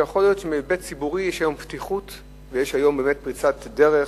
ויכול להיות שמהיבט ציבורי יש היום פתיחות ויש באמת פריצת דרך,